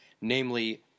Namely